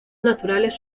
naturales